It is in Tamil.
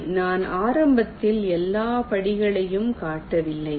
சரி நான் ஆரம்பத்தில் எல்லா படிகளையும் காட்டவில்லை